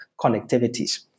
connectivities